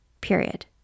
period